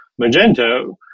Magento